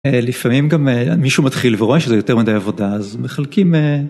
לפעמים גם מישהו מתחיל ורואה שזה יותר מדי עבודה אז מחלקים.